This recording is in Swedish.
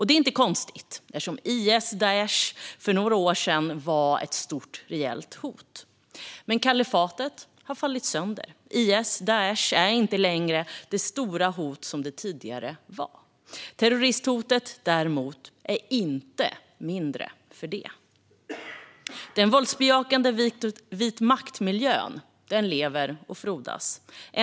Det är inte konstigt eftersom IS Daish är inte längre det stora hot det tidigare var. Terroristhotet, däremot, är inte mindre för det. Den våldsbejakande vitmaktmiljön lever och frodas.